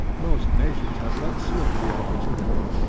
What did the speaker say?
most nations have let slip the opportunity,